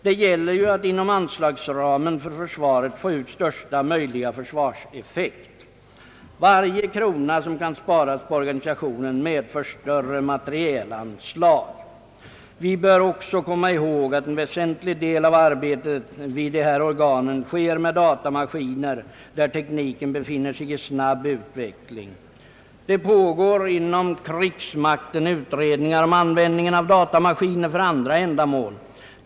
Det gäller ju att inom anslagsramen för försvaret få ut största möjliga försvarseffekt. Varje krona som kan sparas på organisationen medför större materielanslag. Vi bör också komma ihåg att en väsentlig del av arbetet vid de här organen sker med datamaskiner där tekniken befinner sig i snabb utveckling. Det pågår inom krigsmakten utredningar om användningen av datamaskiner för andra ändamål.